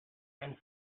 and